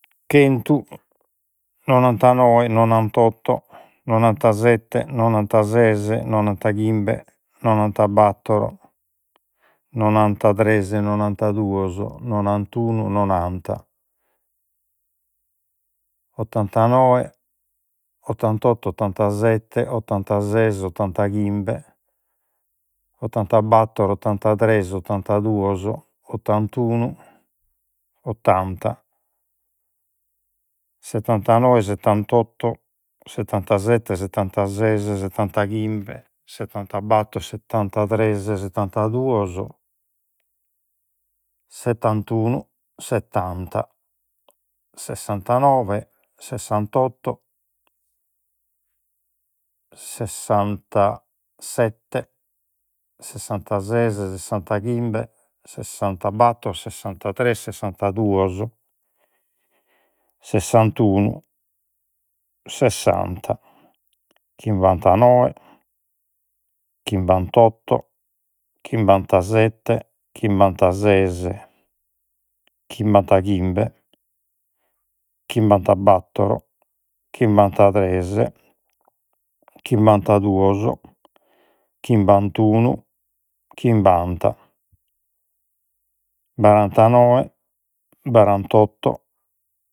Chentu nonantanoe nonantotto nonantasette nonantases nonantachimbe nonantabattor nonantatres nonantaduos nonantunu nonanta ottantanoe ottantotto ottantasette ottantases ottantachimbe ottantabattor ottantatres ottantaduos ottantunu ottanta settantanoe settantotto settantasette settantases settantachimbe settantabattor settantatres settantaduos settantunu settanta sessantanoe sessantotto sessantasette sessantases sessantachimbe sessantabattor sessantatres sessantaduos sessantunu sessanta chimbantanoe chimbantotto chimbantasette chimbantases chimbantachimbe chimbantabattor chimbantatres chimbantaduos chimbantunu chimbanta barantanoe barantotto